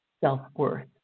self-worth